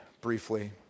briefly